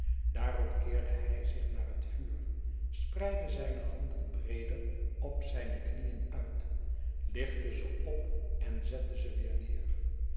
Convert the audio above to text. daarop keerde hij zich naar het vuur spreidde zijne handen breeder op zijne knieen uit lichtte ze op en zette ze weer neer